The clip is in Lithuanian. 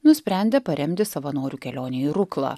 nusprendę paremti savanorių kelionę į ruklą